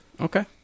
Okay